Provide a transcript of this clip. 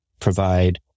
provide